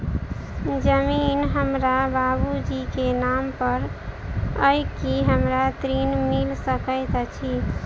जमीन हमरा बाबूजी केँ नाम पर अई की हमरा ऋण मिल सकैत अई?